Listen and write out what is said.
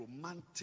romantic